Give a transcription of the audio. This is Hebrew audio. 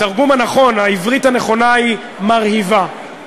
התרגום הנכון, העברית הנכונה היא: מרהיבה.